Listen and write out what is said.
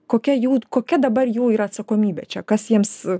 kokia jų kokia dabar jų ir atsakomybė čia kas jiems